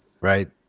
Right